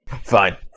Fine